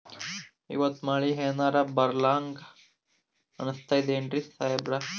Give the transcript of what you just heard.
ಇವತ್ತ ಮಳಿ ಎನರೆ ಬರಹಂಗ ಅನಿಸ್ತದೆನ್ರಿ ಸಾಹೇಬರ?